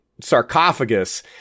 sarcophagus